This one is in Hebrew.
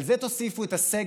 על זה תוסיפו את הסגר,